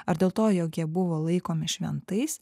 ar dėl to jog jie buvo laikomi šventais